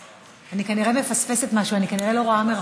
אני כנראה מפספסת משהו, אני כנראה לא רואה מרחוק,